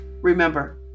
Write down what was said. Remember